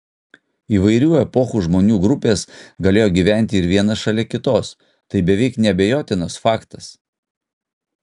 įvairių epochų žmonių grupės galėjo gyventi ir viena šalia kitos tai beveik neabejotinas faktas